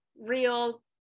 real